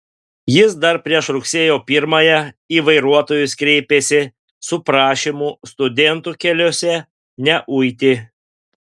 jis dar prieš rugsėjo pirmąją į vairuotojus kreipėsi su prašymu studentų keliuose neuiti